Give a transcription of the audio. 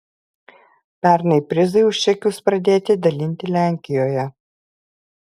pernai prizai už čekius pradėti dalinti lenkijoje